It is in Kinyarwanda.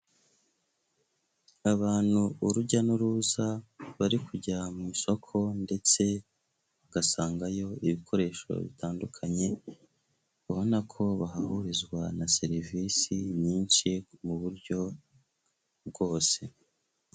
Abantu b'urujya n'uruza bari kujya mu isoko ndetse bagasangayo ibikoresho bitandukanye, ubona ko bahahurizwa na serivisi nyinshi mu buryo bwose.